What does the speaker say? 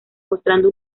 mostrando